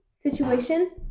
situation